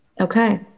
Okay